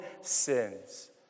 sins